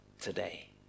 today